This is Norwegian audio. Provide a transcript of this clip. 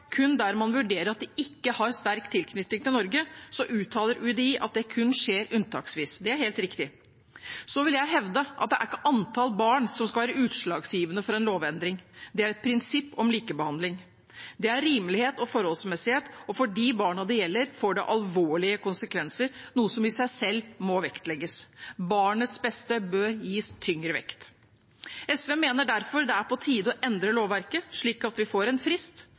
kun der man vurderer at de ikke har sterk tilknytning til Norge, så uttaler UDI at det kun skjer unntaksvis. Det er helt riktig. Så vil jeg hevde at det er ikke antall barn som skal være utslagsgivende for en lovendring. Det er et prinsipp om likebehandling. Det er rimelighet og forholdsmessighet, og for de barna det gjelder, får det alvorlige konsekvenser, noe som i seg selv må vektlegges. Barnets beste bør gis tyngre vekt. SV mener derfor det er på tide å endre lovverket slik at vi får en frist,